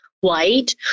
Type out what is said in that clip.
white